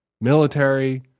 military